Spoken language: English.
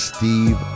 Steve